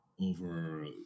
over